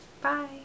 bye